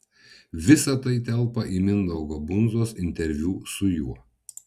visa tai telpa į mindaugo bundzos interviu su juo